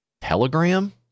telegram